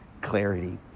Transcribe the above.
clarity